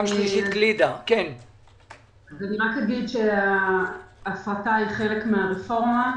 רק אומר שההפרטה היא חלק מהרפורמה שסוכמה.